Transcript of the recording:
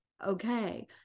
okay